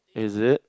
is it